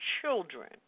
children